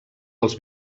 els